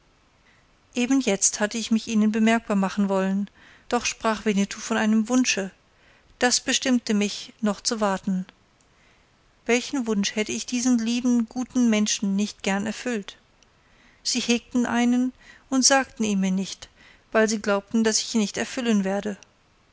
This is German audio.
eben jetzt hatte ich mich ihnen bemerkbar machen wollen da sprach winnetou von einem wunsche das bestimmte mich noch zu warten welchen wunsch hätte ich diesen lieben guten menschen nicht gern erfüllt sie hegten einen und sagten ihn mir nicht weil sie glaubten daß ich ihn nicht erfüllen werde